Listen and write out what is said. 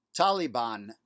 Taliban